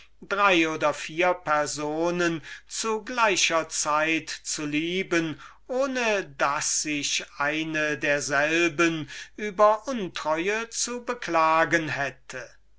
drei oder vier personen zu gleicher zeit zu lieben ohne daß sich eine derselben über untreue zu beklagen hätte